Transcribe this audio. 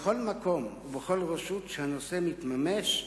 בכל מקום ובכל רשות שהנושא מתממש,